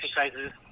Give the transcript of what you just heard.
exercises